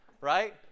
right